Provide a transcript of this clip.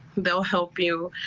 they will help you.